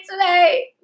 today